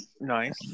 Nice